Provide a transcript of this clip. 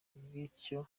bityo